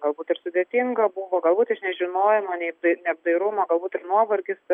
galbūt ir sudėtinga buvo galbūt iš nežinojimo nei tai apdairumo galbūt ir nuovargis